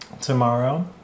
Tomorrow